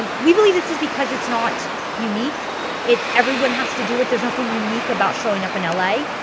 ah we believe this is because it's not unique it, everyone has to do it there's nothing unique about showing up in l a.